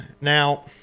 Now